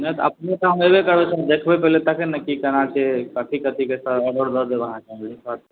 नहि तऽ अपने तऽ हम एबे करबय तऽ हम देखबय पहिले तखन ने की केना छै कथी कथीके तऽ ऑर्डर दए देब अहाँके लिखा देब